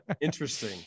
Interesting